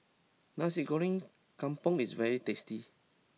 Nasi Goreng Kampung is very tasty